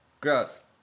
Gross